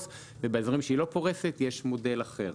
ובאזורים שהיא לא פורסת יש מודל אחר.